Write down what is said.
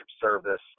service